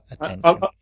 attention